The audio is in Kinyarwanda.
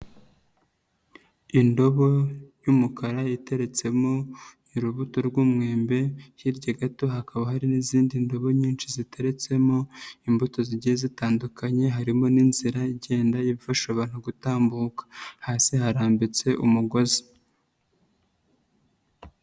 Indobo y'umukara iteretsemo urubuto rw'umwembe hirya gato hakaba hari n'izindi ndobo nyinshi ziteretsemo imbuto zigiye zitandukanye harimo n'inzira igenda ifasha abantu gutambuka, hasi harambitse umugozi.